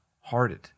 hearted